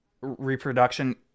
reproduction